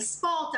על ספורט,